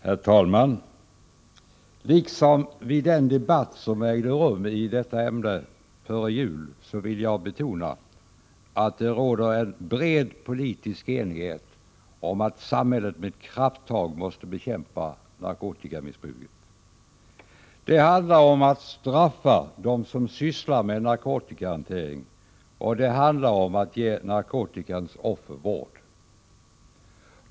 Herr talman! Liksom vid den debatt som ägde rum i detta ämne före jul vill jag nu betona att det råder en bred politisk enighet om att samhället med krafttag måste bekämpa narkotikamissbruket. Det handlar om att straffa dem som sysslar med narkotikahantering, och det handlar om att ge narkotikans offer vård.